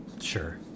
Sure